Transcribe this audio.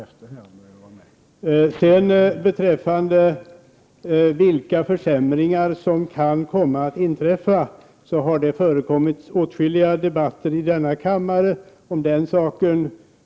Om vilka försämringar som kan komma att inträffa har det förts åtskilliga debatter i denna kammare.